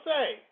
Say